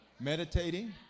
meditating